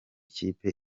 kipe